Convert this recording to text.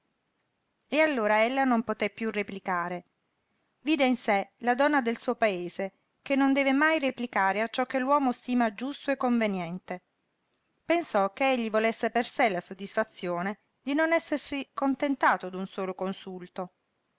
e allora ella non poté piú replicare vide in sé la donna del suo paese che non deve mai replicare a ciò che l'uomo stima giusto e conveniente pensò che egli volesse per sé la soddisfazione di non essersi contentato d'un solo consulto